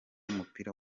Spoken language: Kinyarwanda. w’umupira